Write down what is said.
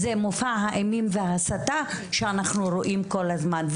מופע האימים וההסתה שאנחנו רואים כל הזמן.